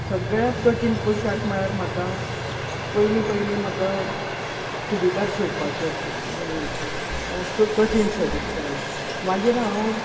सगळ्यांत कठीण पोशाक म्हळ्यार म्हाका पयली पयली म्हाका चुडीदार शिवपाचे आशिल्ले कठीण सो दिसतालो मागीर हांव